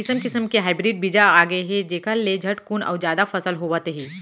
किसम किसम के हाइब्रिड बीजा आगे हे जेखर ले झटकुन अउ जादा फसल होवत हे